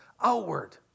outward